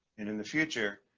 and in the future,